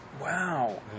Wow